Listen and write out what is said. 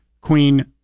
queen